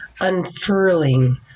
unfurling